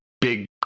big